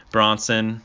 Bronson